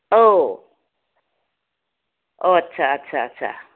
औ अ आस्सा आस्सा आस्सा